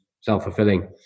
self-fulfilling